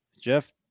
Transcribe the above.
jeff